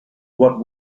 what